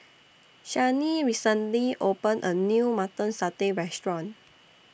Shani recently opened A New Mutton Satay Restaurant